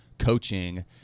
coaching